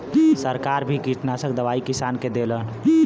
सरकार भी किटनासक दवाई किसान के देवलन